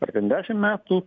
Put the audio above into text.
ar ten dešim metu